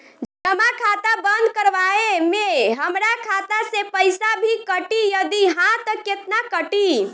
जमा खाता बंद करवावे मे हमरा खाता से पईसा भी कटी यदि हा त केतना कटी?